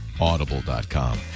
Audible.com